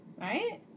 Right